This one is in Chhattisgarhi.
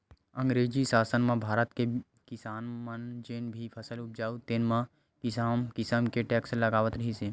अंगरेजी सासन म भारत के किसान मन जेन भी फसल उपजावय तेन म किसम किसम के टेक्स लगावत रिहिस हे